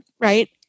Right